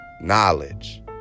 Knowledge